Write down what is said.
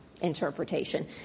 interpretation